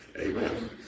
Amen